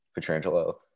Petrangelo